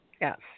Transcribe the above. Yes